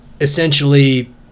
essentially